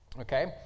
Okay